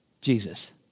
Jesus